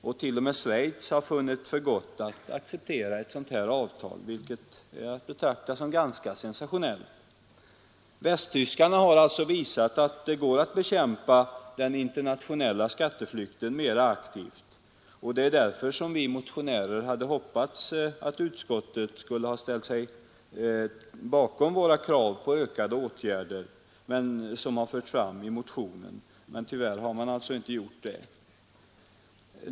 T. o. m. Schweiz har funnit för gott att acceptera ett sådant avtal, vilket är att betrakta som ganska sensationellt. Västtyskarna har alltså visat att det går att bekämpa den internationella skatteflykten mera aktivt, och det är därför vi motionärer hade hoppats att utskottet skulle ha ställt sig bakom de krav på ökade åtgärder som vi har fört fram i motionen. Tyvärr har man inte gjort det.